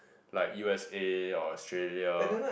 like U_S_A or Australia